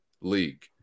league